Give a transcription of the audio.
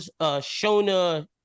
shona